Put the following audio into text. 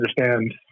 understand